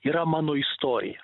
yra mano istorija